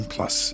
Plus